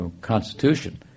constitution